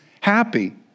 happy